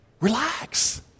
relax